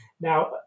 Now